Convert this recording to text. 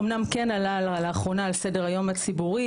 אמנם כן עלה לאחרונה על סדר היום הציבורי